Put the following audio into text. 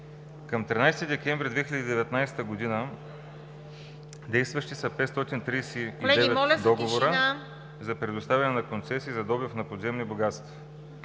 Към 13 декември 2019 г. действащи са 539 договора за предоставяне на концесии за добив на подземни богатства.